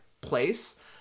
place